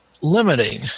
limiting